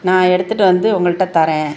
நான் எடுத்துகிட்டு வந்து உங்கள்கிட்ட தரேன்